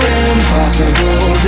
impossible